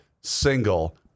single